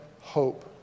hope